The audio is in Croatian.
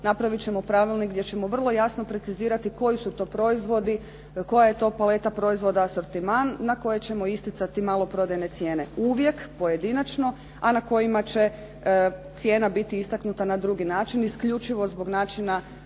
napraviti ćemo pravilnik gdje ćemo vrlo jasno precizirati koji su to proizvodi, koja je to paleta proizvoda, asortiman na koje ćemo isticati maloprodajne cijene. Uvijek pojedinačno, a na kojima će cijena biti istaknuta na drugi način isključivo zbog načina na